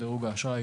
דירוג האשראי,